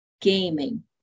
gaming